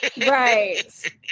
Right